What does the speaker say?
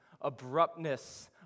abruptness